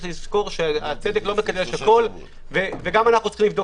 לזכור שהצדק לא מקדש הכול וגם אנחנו צריכים לרדוף